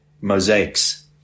mosaics